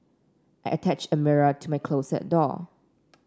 I attached a mirror to my closet door